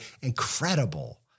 incredible